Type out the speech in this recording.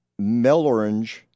Melorange